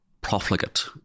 profligate